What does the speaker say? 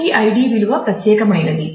ప్రతి ఐడి విలువ ప్రత్యేకమైనది